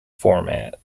format